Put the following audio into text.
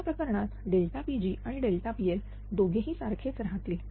या प्रकरणात Pg आणि PL दोघेही सारखेच राहतील